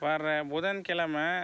வர புதன் கிழமை